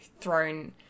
thrown